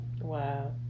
Wow